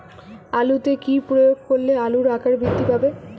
আলুতে কি প্রয়োগ করলে আলুর আকার বৃদ্ধি পাবে?